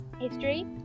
history